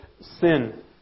sin